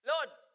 Lord